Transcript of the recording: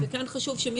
וכן חשוב,